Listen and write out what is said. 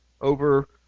over